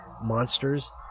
monsters